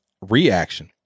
reaction